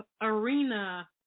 arena